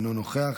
אינו נוכח,